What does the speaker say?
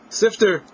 sifter